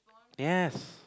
yes